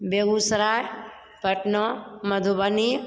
Begusarai Patna Madhubani